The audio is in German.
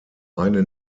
eine